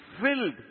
filled